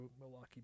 Milwaukee